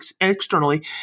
externally